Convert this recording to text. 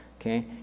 okay